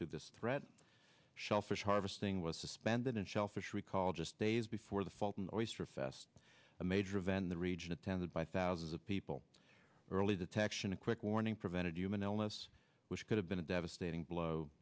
to this threat shellfish harvesting was suspended in shellfish recall just days before the fault an oyster fest a major event the region attended by thousands of people early detection a quick warning prevented human eles which could have been a devastating blow